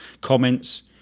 comments